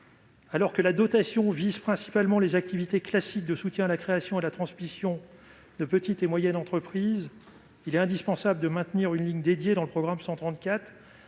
Alors que la dotation vise principalement les activités classiques de soutien à la création et à la transmission de petites et moyennes entreprises (PME), il est indispensable de maintenir une ligne dédiée sur le programme 134.